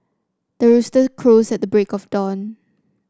the rooster crows at the break of dawn